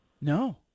No